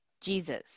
jesus